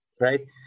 right